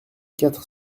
quatre